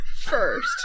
first